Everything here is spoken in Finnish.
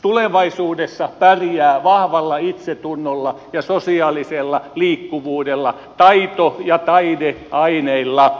tulevaisuudessa pärjää vahvalla itsetunnolla ja sosiaalisella liikkuvuudella taito ja taideaineilla